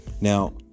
Now